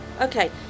Okay